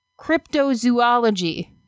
cryptozoology